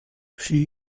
she